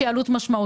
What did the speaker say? שהיא עלות משמעותית.